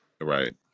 Right